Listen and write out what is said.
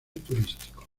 turístico